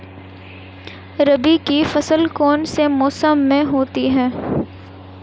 रबी की फसल कौन से मौसम में होती है?